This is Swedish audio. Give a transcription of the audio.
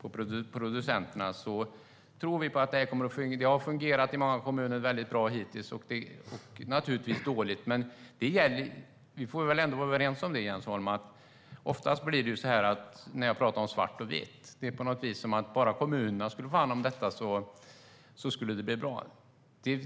på producenterna tror vi att det kommer att fungera. Det har fungerat bra i många kommuner och naturligtvis dåligt i några. Men vi får väl ändå, Jens Holm, vara överens om detta: När jag pratar om svart och vitt, är det som om bara kommunerna skulle få hand om detta skulle det bli bra.